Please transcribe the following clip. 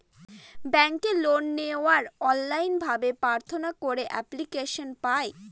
ব্যাঙ্কে লোন নেওয়ার অনলাইন ভাবে প্রার্থনা করে এপ্লিকেশন পায়